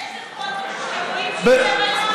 כשרואים שהיא בהיריון?